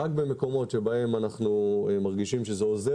רק במקומות שבהם אנחנו מרגישים שזה עוזר